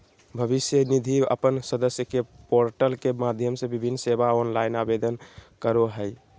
भविष्य निधि अपन सदस्य के पोर्टल के माध्यम से विभिन्न सेवा ऑनलाइन प्रदान करो हइ